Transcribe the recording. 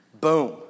boom